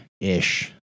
ish